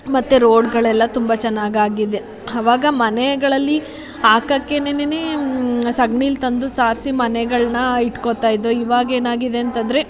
ಮತ್ತು ರೋಡುಗಳೆಲ್ಲ ತುಂಬ ಚೆನ್ನಾಗಿ ಆಗಿದೆ ಆವಾಗ ಮನೆಗಳಲ್ಲಿ ಹಾಕಕ್ಕೇನೆ ಸಗ್ಣಿ ತಂದು ಸಾರಿಸಿ ಮನೆಗಳನ್ನು ಇಟ್ಕೋತಾ ಇದ್ದರು ಇವಾಗೇನಾಗಿದೆ ಅಂತಂದರೆ